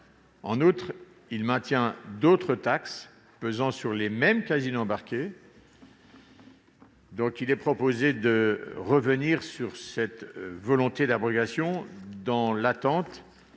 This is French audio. En outre, il maintient d'autres taxes pesant sur les mêmes casinos embarqués. Il est donc proposé de revenir sur cette volonté d'abrogation, dans l'attente